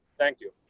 thank you.